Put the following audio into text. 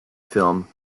film